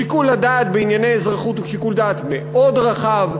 שיקול הדעת בענייני אזרחות הוא שיקול דעת מאוד רחב,